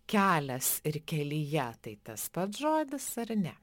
kelias ir kelyje tai tas pats žodis ar ne